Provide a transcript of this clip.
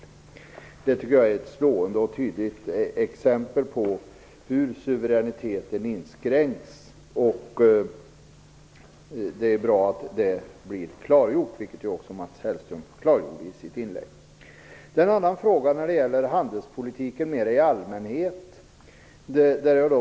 Jag tycker att detta är ett slående och tydligt exempel på hur suveräniteten inskränks, och det är bra att detta blir klargjort, vilket det också blev genom Mats Hellströms inlägg. Det andra jag vill ta upp är en fråga som rör handelspolitiken mer i allmänhet.